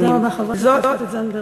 תודה רבה, חברת הכנסת זנדברג.